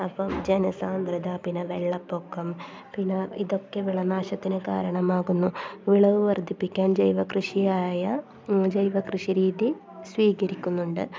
അപ്പം ജനസാന്ദ്രത പിന്നെ വെള്ളപ്പൊക്കം പിന്നെ ഇതൊക്കെ വിള നാശത്തിന് കാരണമാകുന്നു വിളവ് വർദ്ധിപ്പിക്കാൻ ജൈവ കൃഷിയായ ജൈവ കൃഷി രീതി സ്വീകരിക്കുന്നുണ്ട്